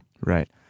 Right